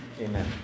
Amen